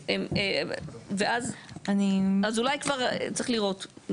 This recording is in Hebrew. אז אולי כבר צריך לראות.